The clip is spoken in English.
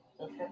Okay